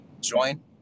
join